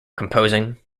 composing